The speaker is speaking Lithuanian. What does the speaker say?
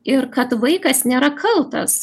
ir kad vaikas nėra kaltas